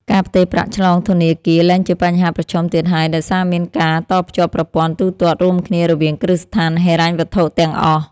ការផ្ទេរប្រាក់ឆ្លងធនាគារលែងជាបញ្ហាប្រឈមទៀតហើយដោយសារមានការតភ្ជាប់ប្រព័ន្ធទូទាត់រួមគ្នារវាងគ្រឹះស្ថានហិរញ្ញវត្ថុទាំងអស់។